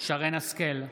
שרן מרים השכל,